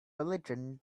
religion